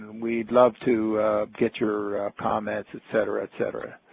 we'd love to get your comments, etc, etc.